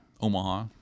Omaha